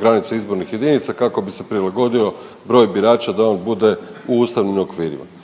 granice izbornih jedinica kako bi se prilagodio broju birača da on bude u ustavnim okvirima.